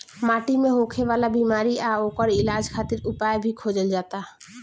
माटी मे होखे वाला बिमारी आ ओकर इलाज खातिर उपाय भी खोजल जाता